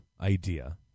idea